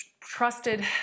trusted